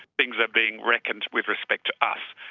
things are being reckoned with respect to us,